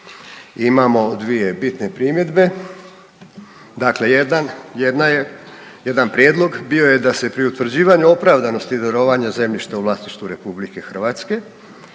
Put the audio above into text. jedan, jedna je jedan prijedlog, bio je da se pri utvrđivanju opravdanosti darovanja zemljišta u vlasništvu RH svaku